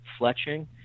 fletching